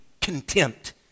contempt